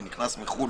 ונכנס מחו"ל,